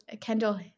Kendall